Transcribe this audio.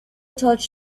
touched